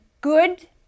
good